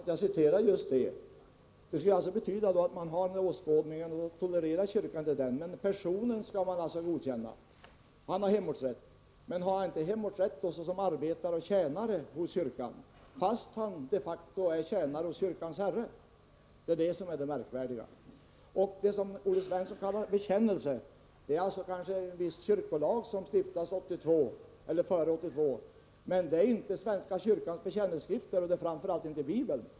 Herr talman! Jag vill minnas att jag citerade just detta. Det skulle alltså betyda att om man har en annan åskådning tolererar kyrkan inte denna, men personen skall godkännas. Han har hemortsrätt. Men har han inte hemortsrätt såsom arbetare och tjänare i kyrkan fast han de facto är tjänare hos kyrkans Herre? Det är det som är det märkvärdiga. Det som Olle Svensson kallar bekännelse är en viss kyrkolag som stiftades före 1982, men det är inte svenska kyrkans bekännelseskrifter, och det är framför allt inte Bibeln.